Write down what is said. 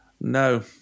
No